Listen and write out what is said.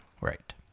Right